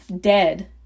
dead